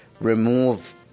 remove